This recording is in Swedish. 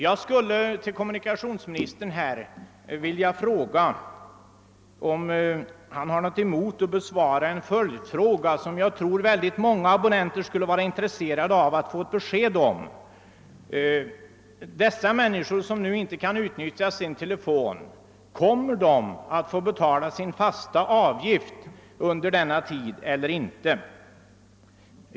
Jag undrar om kommunikationsministern har något emot att besvara en följdfråga, som många abonnenter skulle vara intresserade av att få besked om, nämligen följande: Kommer de människor som nu inte kan utnyttja sin telefon att vara tvungna att betala sin fasta avgift under den tid som åtgår innan deras telefon fungerar igen?